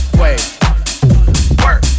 work